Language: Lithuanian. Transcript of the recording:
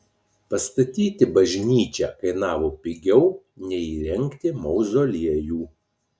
pastatyti bažnyčią kainavo pigiau nei įrengti mauzoliejų